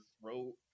throat